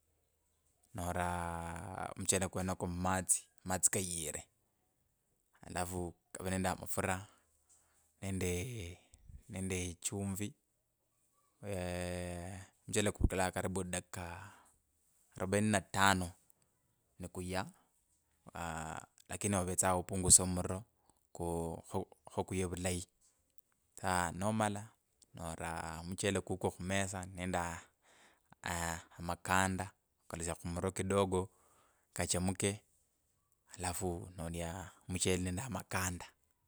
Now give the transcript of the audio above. Nova muchele kwenoko mumatsi matsi kayire alafu kave nende amafura nende nende chumvi. eeeh muchele kuvukalanga karibu dakika arubaini na tano ni kuya aah lakini ovetsa upungusire omururo ku kho khokuye vulayi saa nomala nora muchele kukwo khumesa nende aa aa amakanda akalusya khumururo kidogo nkachemke alafu nolya muchele nende amakanda.